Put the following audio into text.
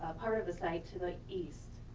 ah part of the site to the east.